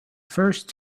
first